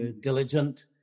diligent